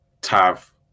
Tav